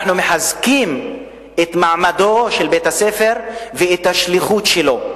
אנחנו מחזקים את מעמדו של בית-הספר ואת השליחות שלו.